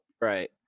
right